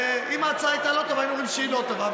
אם ההצעה הייתה לא טובה היינו אומרים שהיא לא טובה,